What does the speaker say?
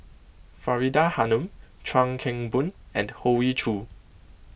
Faridah Hanum Chuan Keng Boon and Hoey Choo